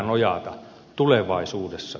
herra puhemies